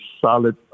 solid